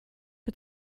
mir